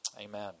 Amen